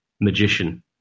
magician